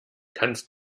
kannst